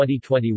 2021